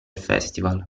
festival